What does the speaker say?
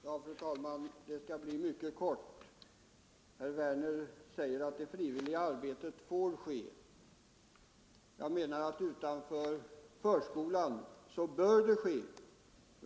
Fru talman! Min replik skall bli mycket kort. Herr Werner i Malmö säger att det frivilliga arbetet får ske. Enligt min mening bör det ske.